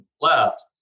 left